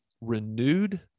renewed